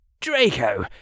Draco